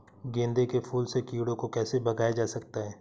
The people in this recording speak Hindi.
गेंदे के फूल से कीड़ों को कैसे भगाया जा सकता है?